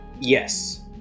yes